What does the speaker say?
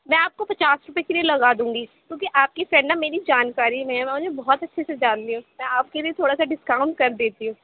میں آپ کو پچاس روپئے کلو لگا دوں گی کیوںکہ آپ کی فرینڈ نا میری جانکاری میں ہے میں انہیں بہت اچھے سے جان رہی ہوں میں آپ کی بھی تھوڑا سا ڈسکاؤنٹ کر دیتی ہوں